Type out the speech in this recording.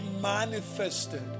manifested